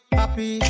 happy